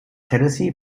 tennessee